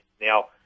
Now